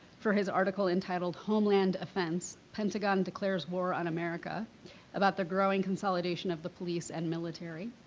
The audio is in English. for his article entitled homeland offense pentagon declares war on america about the growing consolidation of the police and military.